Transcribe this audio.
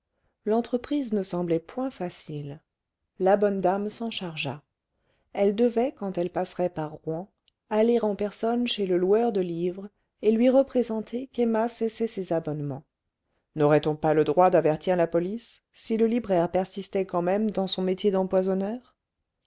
l'entreprise ne semblait point facile la bonne dame s'en chargea elle devait quand elle passerait par rouen aller en personne chez le loueur de livres et lui représenter qu'emma cessait ses abonnements n'aurait-on pas le droit d'avertir la police si le libraire persistait quand même dans son métier d'empoisonneur